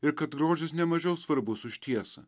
ir kad grožis nemažiau svarbus už tiesą